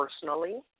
personally